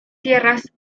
tierras